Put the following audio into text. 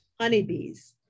Honeybees